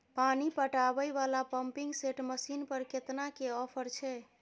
पानी पटावय वाला पंपिंग सेट मसीन पर केतना के ऑफर छैय?